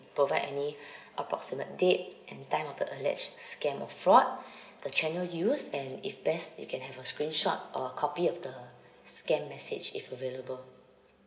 provide any approximate date and time of the alleged scam or fraud the channel used and if best you can have a screenshot or a copy of the scam message if available